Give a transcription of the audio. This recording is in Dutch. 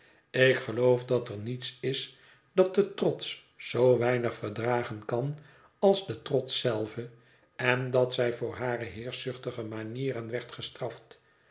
ik geloof dat er niets is dat de trots zoo weinig verdragen kan als den trots zelven en dat zij voor hare heerschzuchtige manieren werd gestraft